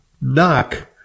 knock